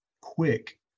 quick